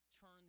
turn